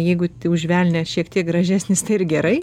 jeigut už velnią šiek tiek gražesnis tai ir gerai